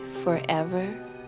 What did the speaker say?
forever